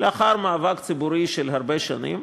לאחר מאבק ציבורי של הרבה שנים,